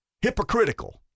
hypocritical